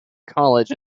college